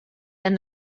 and